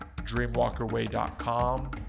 dreamwalkerway.com